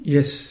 Yes